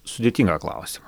sudėtingą klausimą